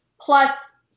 plus